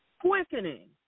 Quickening